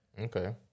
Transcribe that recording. Okay